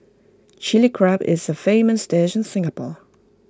Chilli Crab is A famous dish in Singapore